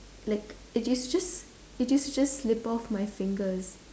like it used just it used to just slip off my fingers